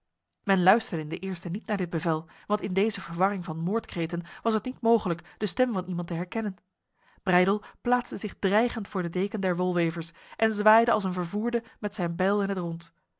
men luisterde in den eerste niet naar dit bevel want in deze verwarring van moordkreten was het niet mogelijk de stem van iemand te herkennen breydel plaatste zich dreigend voor de deken der wolwevers en zwaaide als een vervoerde met zijn bijl in het rond